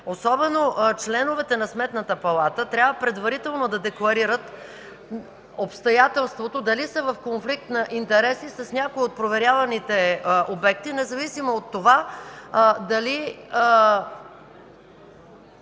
особено членовете на Сметната палата трябва предварително да декларират обстоятелството дали са в конфликт на интереси с някои от проверяваните обекти, независимо от това дали...(Шум